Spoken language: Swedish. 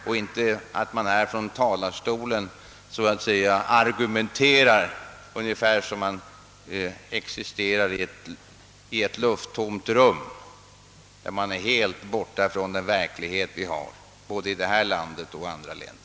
Man bör inte från denna talarstol argumentera som om man är helt borta från den verklighet vi har både i detta land och i andra länder.